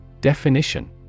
Definition